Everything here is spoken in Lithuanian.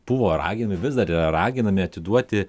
buvo raginami vis dar yra raginami atiduoti